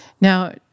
Now